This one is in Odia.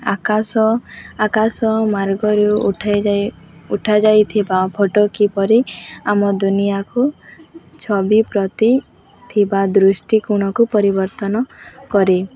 ଆକାଶ ଆକାଶ ମାର୍ଗରୁ ଉଠାଯାଇଥିବା ଫଟୋ କିପରି ଆମ ଦୁନିଆକୁ ଛବି ପ୍ରତି ଥିବା ଦୃଷ୍ଟିକୋଣକୁ ପରିବର୍ତ୍ତନ କରେ